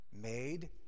made